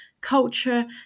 culture